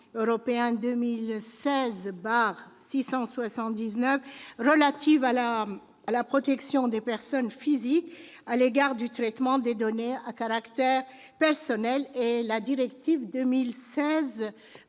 règlement 2016/679 relatif à la protection des personnes physiques à l'égard du traitement des données à caractère personnel et la directive 2016/680